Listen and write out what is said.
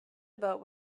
about